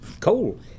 coal